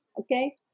Okay